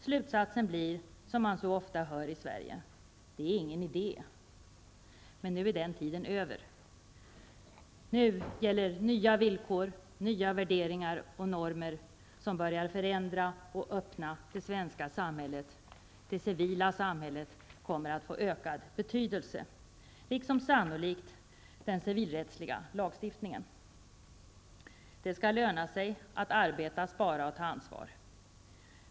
Slutsatsen blir, som man så ofta hör i Sverige: Det är ingen idé. Men nu är den tiden över. Nu gäller nya villkor, nya värderingar och normer, som börjar förändra och öppna det svenska samhället. Det civila samhället kommer att få ökad betydelse, liksom sannolikt den civilrättsliga lagstiftningen. Det skall löna sig att arbeta, spara och ta ansvar.